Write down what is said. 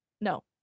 No